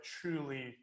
truly